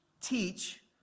teach